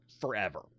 forever